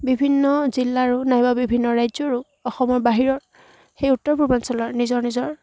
বিভিন্ন জিলাৰো নাইবা বিভিন্ন ৰাজ্যৰো অসমৰ বাহিৰৰ সেই উত্তৰ পূৰ্বাঞ্চলৰ নিজৰ নিজৰ